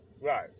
right